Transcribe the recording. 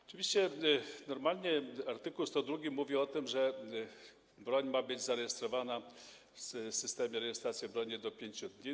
Oczywiście normalnie art. 102 mówi o tym, że broń ma być zarejestrowana w systemie rejestracji broni do 5 dni.